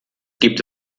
gibt